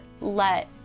let